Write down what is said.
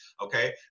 okay